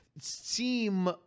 seem